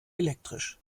elektrisch